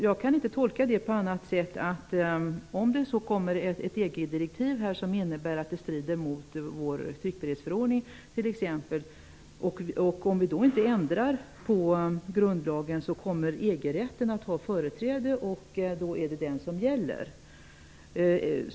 Jag kan inte tolka det på något annat sätt än att om ett EG-direktiv t.ex. strider mot vår tryckfrihetsförordning så kommer EG-rätten att ha företräde om vi inte ändrar på grundlagen.